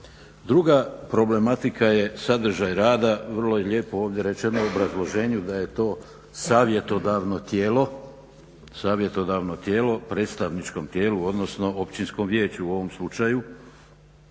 Druga problematika je sadržaj rada. Vrlo je lijepo ovdje rečeno u obrazloženju da je to savjetodavno tijelo, predstavničkom tijelu odnosno općinskom vijeću u ovom slučaju,